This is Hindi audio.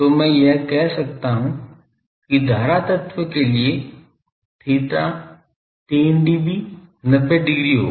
तो मैं कह सकता हूं कि धारा तत्व के लिए theta 3 dB 90 डिग्री होगा